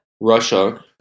Russia